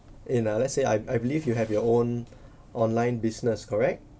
in uh let's say I I believe you have your own online business correct